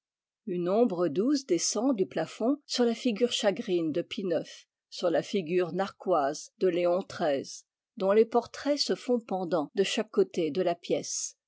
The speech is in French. une ombre douce descend du plafond sur la figure chagrine de pie ix sur la figure narquoise de léon xiii dont les portraits se font pendants de chaque côté de la pièce